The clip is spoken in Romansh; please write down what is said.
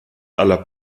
alla